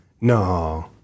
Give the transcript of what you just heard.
No